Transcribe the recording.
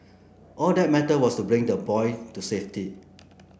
all that mattered was to bring the boy to safety